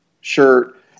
shirt